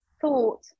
thought